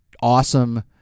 awesome